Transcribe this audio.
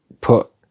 put